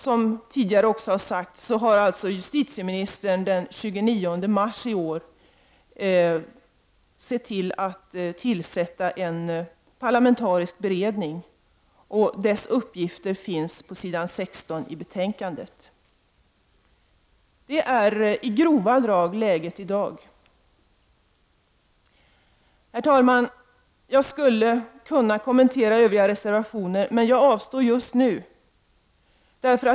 Som tidigare har sagts, har justitieministern den 29 mars i år låtit tillsätta en parlamentarisk beredning, och dess uppgifter beskrivs på s. 16 i betänkandet. Det är i grova drag läget i dag. Herr talman! Jag skulle kunna kommentera övriga reservationer, men jag avstår just nu.